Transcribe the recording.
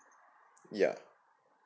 yeah